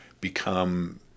become